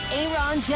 Aaron